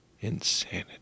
Insanity